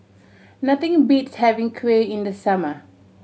nothing beats having kuih in the summer